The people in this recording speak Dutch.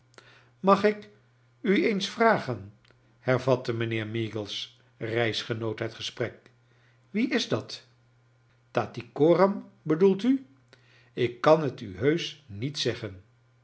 mag ik u eens vragen hervatte mijnheer meagles reisgenoot het gesprek wie is dat tattycoram bedoelt u ik kan het u heusch niet zeggen